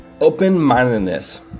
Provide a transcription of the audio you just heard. open-mindedness